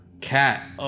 Cat